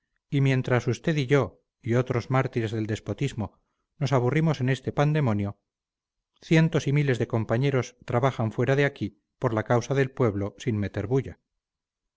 y mientras usted y yo y otros mártires del despotismo nos aburrimos en este pandemonio cientos y miles de compañeros trabajan fuera de aquí por la causa del pueblo sin meter bulla